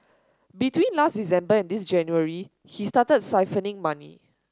between last December and this January he started siphoning money